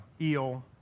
eel